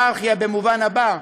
הייררכיה במובן הבא,